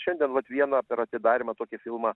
šiandien vat vieną per atidarymą tokį filmą